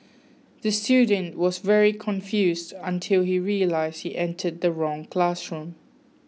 the student was very confused until he realised he entered the wrong classroom